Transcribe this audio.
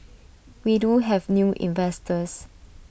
we do have new investors